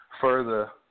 further